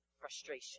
frustration